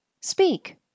speak